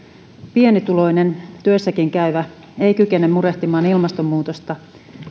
pienituloinen työssäkäyväkään ei kykene murehtimaan ilmastonmuutosta